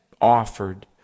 offered